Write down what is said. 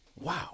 Wow